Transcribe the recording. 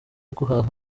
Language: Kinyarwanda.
guhaha